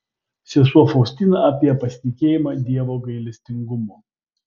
sesuo faustina apie pasitikėjimą dievo gailestingumu